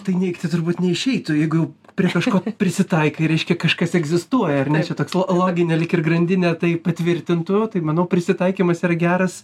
tai neigti turbūt neišeitų jeigu jau prie kažkokio prisitaikai reiškia kažkas egzistuoja ar ne čia toks lo loginė lyg ir grandinė tai patvirtintų tai manau prisitaikymas yra geras